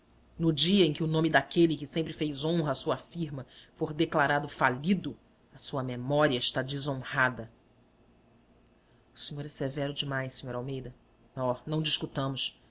no dia em que o nome daquele que sempre fez honra à sua firma for declarado falido a sua memória está desonrada o senhor é severo demais sr almeida oh não discutamos